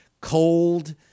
cold